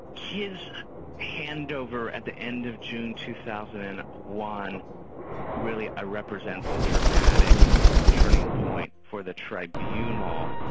his handover at the end of june two thousand and one really ah represents a dramatic turning point for the tribunal.